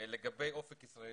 לגבי אופק ישראלי.